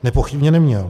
Nepochybně neměl.